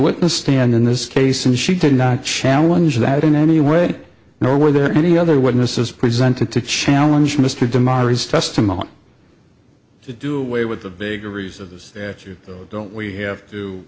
witness stand in this case and she did not challenge that in any way nor were there any other witnesses presented to challenge mr de mar is testament to do away with the vagaries of this as you don't we have to